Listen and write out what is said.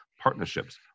partnerships